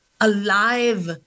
alive